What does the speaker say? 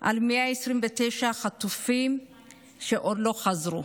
כבר על 129 חטופים שעוד לא חזרו.